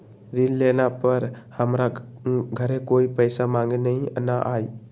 ऋण लेला पर हमरा घरे कोई पैसा मांगे नहीं न आई?